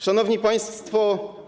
Szanowni Państwo!